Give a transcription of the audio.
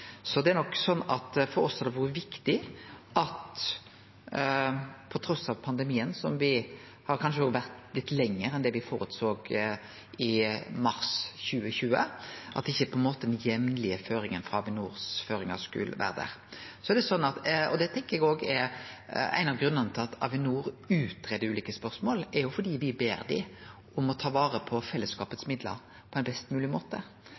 Det er nok sånn at for oss har det vore viktig, trass i pandemien, som kanskje har vart litt lenger enn det me såg for oss i mars 2020, at ikkje på ein måte den jamlege føringa for Avinor skulle vere der. Ein av grunnane til at Avinor utgreier ulike spørsmål, er at me ber dei om å ta vare på fellesskapet sine midlar på ein best mogleg måte.